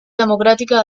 democràtica